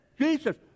Jesus